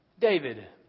David